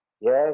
Yes